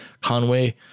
Conway